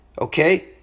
Okay